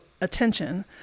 attention